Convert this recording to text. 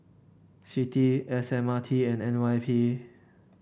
C T S M R T and N Y P